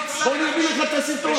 בוא, אני אביא לך את הסרטון.